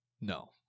No